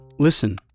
Listen